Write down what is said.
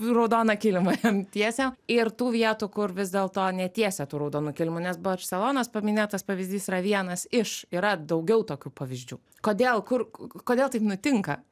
raudoną kilimą jiem tiesiam ir tų vietų kur vis dėlto netiesia tų raudonų kilimų nes barselonos paminėtas pavyzdys yra vienas iš yra daugiau tokių pavyzdžių kodėl kur kodėl taip nutinka